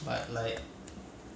singapore industry is like err